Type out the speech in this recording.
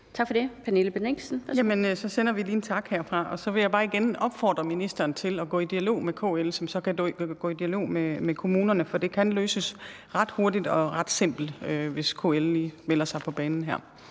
Kl. 16:37 Pernille Bendixen (DF): Jamen så sender vi lige en tak herfra. Og så vil jeg bare igen opfordre ministeren til at gå i dialog med KL, som så kan gå i dialog med kommunerne, for det kan løses ret hurtigt og ret simpelt, hvis KL lige melder sig på banen her.